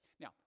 Now